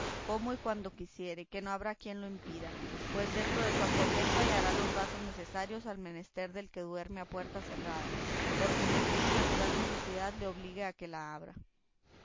como y cuando quisiere que no habrá quien lo impida pues dentro de su aposento hallará los vasos necesarios al menester del que duerme a puerta cerrada porque ninguna natural necesidad le obligue a que la abra